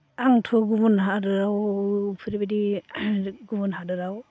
आंथ' गुबुन हादोराव बेफोरबायदि गुबुन हादोराव